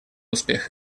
успех